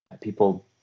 people